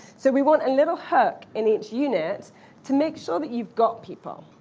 so we want a little hook in each unit to make sure that you've got people.